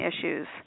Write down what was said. issues